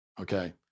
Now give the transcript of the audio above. okay